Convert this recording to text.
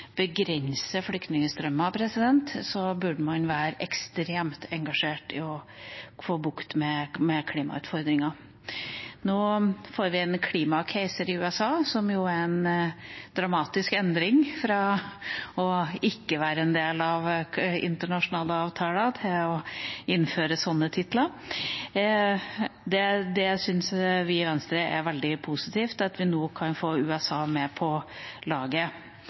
begrense flyktningstrømmer, bør man være ekstremt engasjert i å få bukt med klimautfordringene. Nå får vi en «klimakeiser» i USA – en dramatisk endring fra ikke å være en del av internasjonale avtaler til å innføre slike titler. Vi i Venstre syns det er veldig positivt at vi nå kan få USA med på laget.